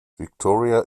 victoria